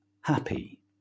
happy